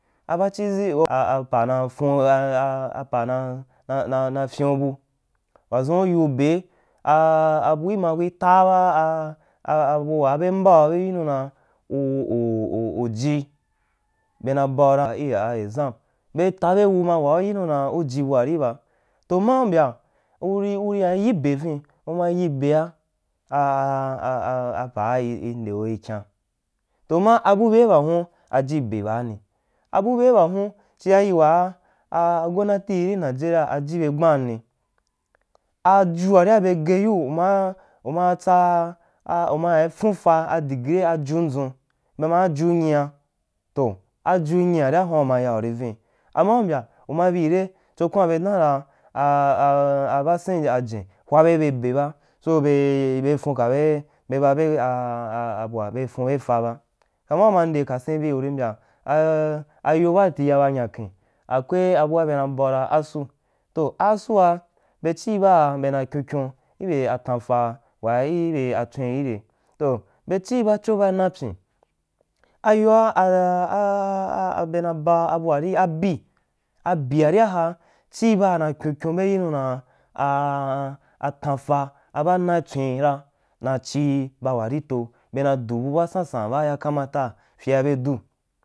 Aba chiʒi epa ana fun apaa nanananana fyinu bu wadʒun u yi be abui ma kui taa ba a a a waa be mba u u yinu uan uu uji, be bau dam exam, bei ta be gu ma waa ugu nu dam uji bua ri ba wh ma u mbya uri yaa yi be vin uma yi bea a a pa i ndeu ikyam, toh ma abu be bakun ayi be baani abube ba hun chia yií waa a gonnatīi ro nigeria ajibe gbanni ejuari a be gbe yu uma tsa uma ya funfa a degee ajundʒun be man aju nyia, to ajuniyi ri ahun a uma ya uri vin toh ama u mbya u ma bi re chokwaon be daun ra a businji jen hwabebe be ba so be fukabe be babe a a bua be funbefa ba, tanma uma nde kasiabi uri mbya a ayo baati ya ba nyaken akweabua bena bau dan assu, toh assuu a be chii baa bena kyunkyun ibe a tanfa wa ibe tan fa wa ibe atswen ire, toh be chi bacho baa na pyin ayoa a a be na ba abua ri abi, abiari aha chii baa kyunkyun be yinu da aton fa baa na tswin ra na chiba warito be na du buba sansa baa ya kamata be du.